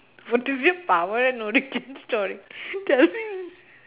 what is your power and origin story tell me